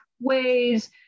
ways